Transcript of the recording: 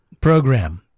program